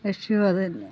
ലക്ഷ്യവും അത് തന്നെയാണ്